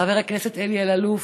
חבר הכנסת אלי אלאלוף,